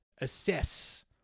assess